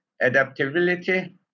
adaptability